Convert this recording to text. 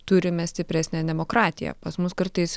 turime stipresnę demokratiją pas mus kartais